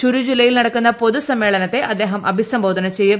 ചുരു ജില്ലയിൽ നടക്കുന്ന പൊതു സമ്മേളനത്തെ അദ്ദേഹം അഭിസംബോധന ചെയ്യും